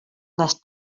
les